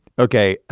okay.